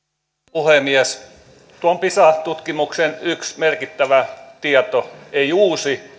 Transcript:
puhemies tuon pisa tutkimuksen yksi merkittävä tieto ei uusi